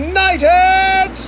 United